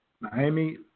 Miami